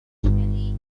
traditionally